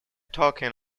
talking